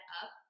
up